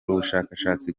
ubushakashatsi